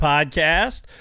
Podcast